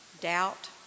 doubt